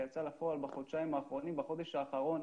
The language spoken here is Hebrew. לפועל בחודשיים האחרונים, בחודש האחרון